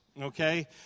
okay